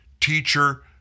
Teacher